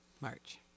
March